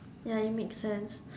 ya it makes sense